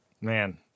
Man